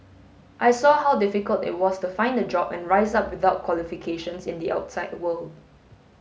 I saw how difficult it was to find a job and rise up without qualifications in the outside world